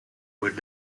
would